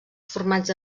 formats